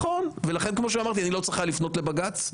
לכן, כמו שאמרתי, לא היה צריך לפנות לבג"ץ.